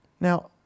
Now